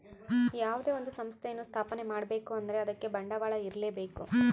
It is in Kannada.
ಯಾವುದೇ ಒಂದು ಸಂಸ್ಥೆಯನ್ನು ಸ್ಥಾಪನೆ ಮಾಡ್ಬೇಕು ಅಂದ್ರೆ ಅದಕ್ಕೆ ಬಂಡವಾಳ ಇರ್ಲೇಬೇಕು